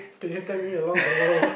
can you tag me along tomorrow